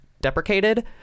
deprecated